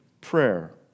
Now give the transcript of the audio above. prayer